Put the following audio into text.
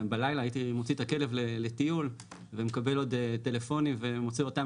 בלילה הייתי מוציא את הכלב לטיול ומקבל עוד טלפונים ומוצא אותם